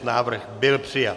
Návrh byl přijat.